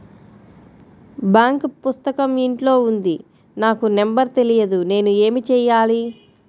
Bank పుస్తకం ఇంట్లో ఉంది నాకు నంబర్ తెలియదు నేను ఏమి చెయ్యాలి?